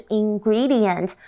ingredient